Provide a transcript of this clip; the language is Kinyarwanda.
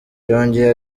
yongeye